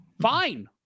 Fine